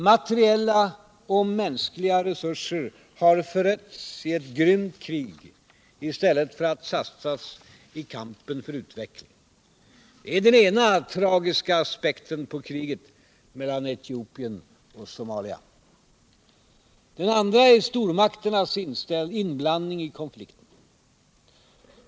Materiella och mänskliga resurser har förötts i ett grymt krig i stället för att satsas i kampen för utveckling. Det är den ena tragiska aspekten på kriget mellan Etiopien och Somalia. Den andra är stormakternas inblandning i konflikten.